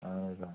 اَہَن حظ آ